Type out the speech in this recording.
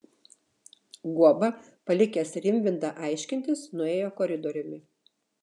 guoba palikęs rimvydą aiškintis nuėjo koridoriumi